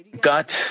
God